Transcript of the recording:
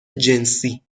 جنسی